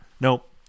Nope